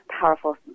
powerful